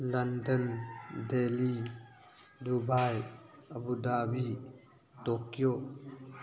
London Delhi Dubai Abu Dhabi Tokyo